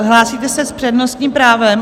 Hlásíte se s přednostním právem?